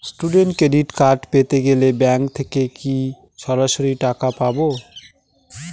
Student credit card পেতে গেলে bank থেকে কি সরাসরি টাকা পাবো?